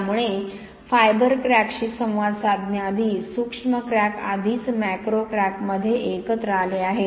त्यामुळे फायबर क्रॅकशी संवाद साधण्याआधी सूक्ष्म क्रॅक आधीच मॅक्रो क्रॅकमध्ये एकत्र आले आहेत